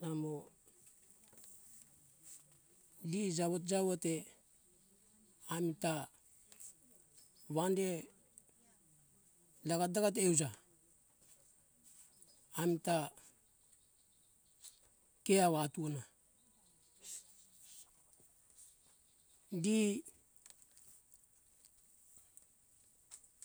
Namo vi jawo jawo te amita wande lawa dawa te uja amta ke awa atuna di